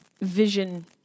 vision